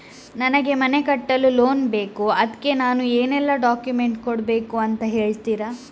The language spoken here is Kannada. ನನಗೆ ಮನೆ ಕಟ್ಟಲು ಲೋನ್ ಬೇಕು ಅದ್ಕೆ ನಾನು ಏನೆಲ್ಲ ಡಾಕ್ಯುಮೆಂಟ್ ಕೊಡ್ಬೇಕು ಅಂತ ಹೇಳ್ತೀರಾ?